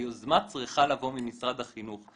היוזמה צריכה לבוא ממשרד החינוך,